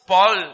Paul